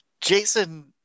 Jason